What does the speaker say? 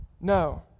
No